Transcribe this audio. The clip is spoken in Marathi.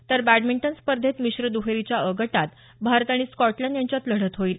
तर बँडमिंटन स्पर्धेत मिश्र दुहेरीच्या अ गटात भारत आणि स्कॉटलँड यांच्यात लढत होईल